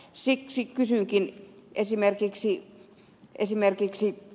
siksi kysynkin esimerkiksi ed